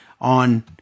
on